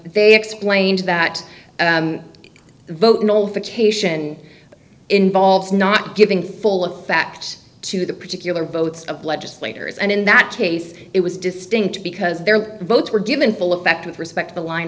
they explained that vote all for cation involves not giving full of facts to the particular votes of legislators and in that case it was distinct because their votes were given full effect with respect to the line